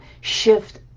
shift